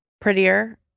prettier